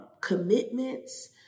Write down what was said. commitments